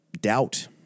doubt